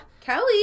Kelly